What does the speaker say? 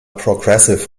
progressive